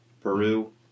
Peru